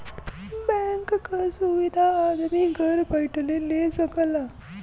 bank क सुविधा आदमी घर बैइठले ले सकला